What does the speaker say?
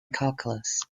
calculus